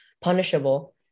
punishable